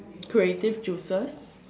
creative juices